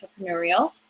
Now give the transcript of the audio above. entrepreneurial